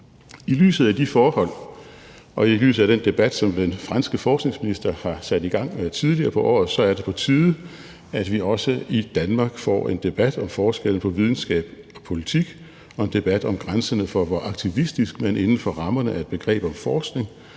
I lyset af de forhold og i lyset af den debat, som den franske forskningsminister satte i gang tidligere på året, er det på tide, at vi også i Danmark får en debat om forskellen på videnskab og politik og en debat om grænserne for, hvor aktivistisk man inden for rammerne af et begreb om forskning